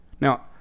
Now